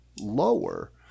lower